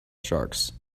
sharks